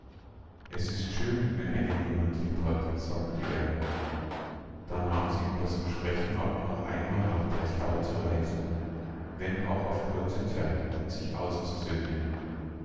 es ist schön wenn einen jemand lieb hat sagte er da nahm sie ihm das versprechen ab noch einmal nach teichau zu reisen wenn auch auf kurze zeit und sich auszusöhnen